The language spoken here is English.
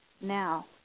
Now